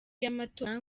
y’amatora